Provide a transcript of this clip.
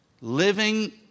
living